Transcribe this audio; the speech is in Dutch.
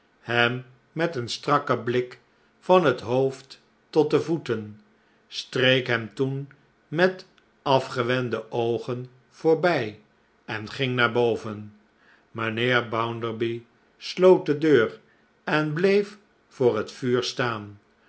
hem met een strakken blik van het hoofd tot de voeten streek hem toen met afgewende oogen voorbij en ging naar boven mijnheer bounderby sloot de deur en bleef voor het vuur staan